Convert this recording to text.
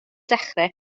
dechrau